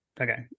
Okay